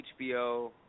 HBO